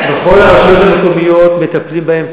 בכל הרשויות המקומיות מטפלים בהם,